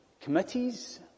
committees